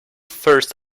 first